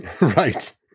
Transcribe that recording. right